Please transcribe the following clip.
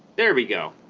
there we go